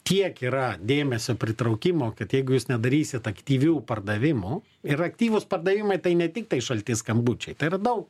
kiek yra dėmesio pritraukimo kad jeigu jūs nedarysit aktyvių pardavimų ir aktyvūs pardavimai tai ne tiktai šalti skambučiai tai yra daug